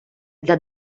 для